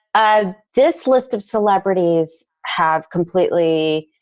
ah this list of celebrities have completely,